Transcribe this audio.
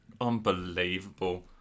unbelievable